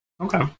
Okay